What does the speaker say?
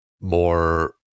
more